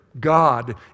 God